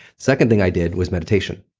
second thing i did was meditation.